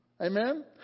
Amen